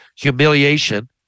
humiliation